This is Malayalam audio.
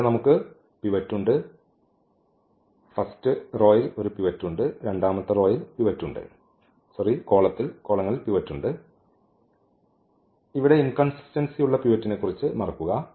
ഇവിടെ നമുക്ക് പിവറ്റ് ഉണ്ട് ഇവിടെ നമുക്ക് ഒരു പിവറ്റ് ഉണ്ട് ഇവിടെ ഇൻകൺസിസ്റ്റൻസി യുള്ള പിവറ്റിനെക്കുറിച്ച് മറക്കുക